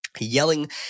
yelling